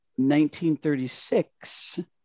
1936